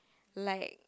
like